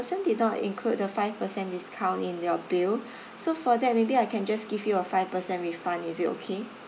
person did not include the five percent discount in your bill so for that maybe I can just give you a five percent refund is it okay